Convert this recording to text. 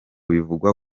bivugwa